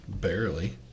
Barely